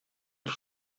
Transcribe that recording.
του